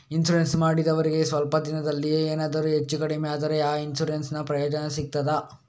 Insurance ಮಾಡಿದವರಿಗೆ ಸ್ವಲ್ಪ ದಿನದಲ್ಲಿಯೇ ಎನಾದರೂ ಹೆಚ್ಚು ಕಡಿಮೆ ಆದ್ರೆ ಆ ಇನ್ಸೂರೆನ್ಸ್ ನ ಪ್ರಯೋಜನ ಸಿಗ್ತದ?